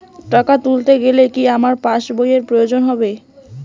টাকা তুলতে গেলে কি আমার পাশ বইয়ের প্রয়োজন হবে?